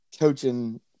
coaching